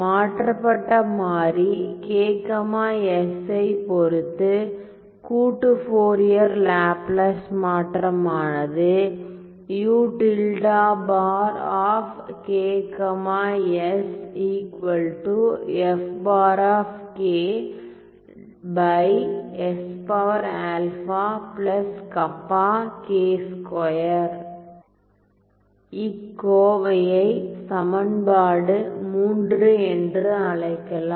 மாற்றப்பட்ட மாறி k s ஐ பொறுத்து கூட்டு ஃபோரியர் லாப்லாஸ் மாற்றமானது இக்கோவையை சமன்பாடு III என்று அழைக்கலாம்